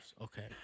Okay